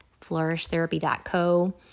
flourishtherapy.co